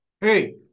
Hey